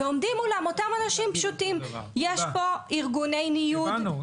יש פה ארגוני עימות,